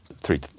three